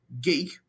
geek